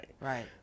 right